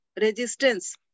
resistance